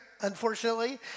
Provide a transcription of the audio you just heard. unfortunately